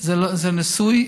זה ניסוי,